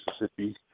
Mississippi